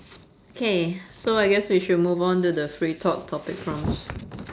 K so I guess we should move onto the free talk topic prompts